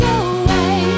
away